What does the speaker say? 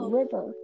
river